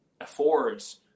affords